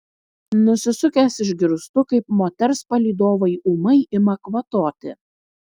nusisukęs išgirstu kaip moters palydovai ūmai ima kvatoti